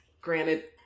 granted